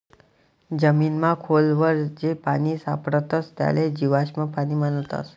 जमीनमा खोल वर जे पानी सापडस त्याले जीवाश्म पाणी म्हणतस